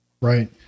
Right